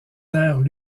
terres